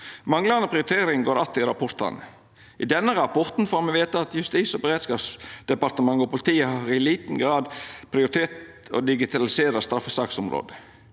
Manglande prioritering går att i rapportane. I denne rapporten får me vita at Justis- og beredskapsdepartementet og politiet i liten grad har prioritert å digitalisera straffesaksområdet.